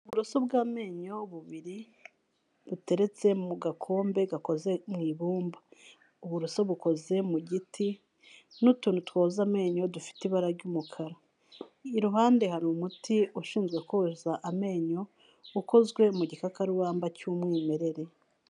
Uburoso bw'amenyo bubiri buteretse mu gakombe gakoze mu ibumba. Uburoso bukoze mu giti n'utuntu twoza amenyo dufite ibara ry'umukara. Iruhande hari umuti ushinzwe koza amenyo, ukozwe mu gikakarubamba cy'umwimerere.